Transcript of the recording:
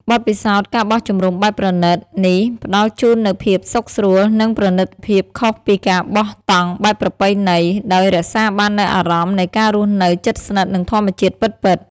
បទពិសោធន៍ ការបោះជំរំបែបប្រណីត នេះផ្តល់ជូននូវភាពសុខស្រួល និងប្រណីតភាពខុសពីការបោះតង់បែបប្រពៃណី ដោយរក្សាបាននូវអារម្មណ៍នៃការរស់នៅជិតស្និទ្ធនឹងធម្មជាតិពិតៗ។